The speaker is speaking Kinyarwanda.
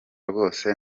rwose